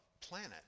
planet